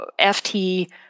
FT